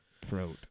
throat